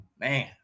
Man